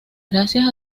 gracias